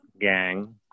gang